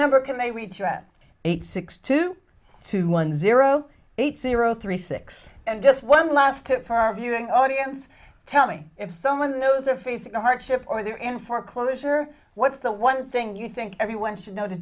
number can they reach you at eight six two two one zero eight zero three six and just one last tip for our viewing audience tell me if someone knows a face a hardship or they're in foreclosure what's the one thing you think everyone should know to